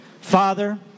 Father